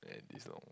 and this long